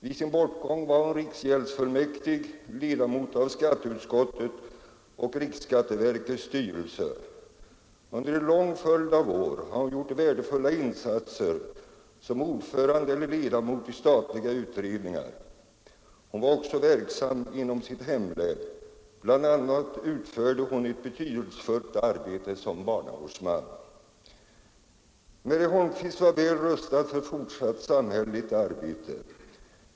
Vid sin bortgång var hon riksgäldsfullmäktig, ledamot av skatteutskottet och riksskatteverkets styrelse. Under en lång följd av år har hon gjort värdefulla insatser som ordförande eller ledamot i statliga utredningar. Hon var också verksam inom sitt hemlän. Bl. a. utförde hon ett betydelsefullt arbete som barnavårdsman. Mary Holmqvist var väl rustad för fortsatt samhälleligt arbete.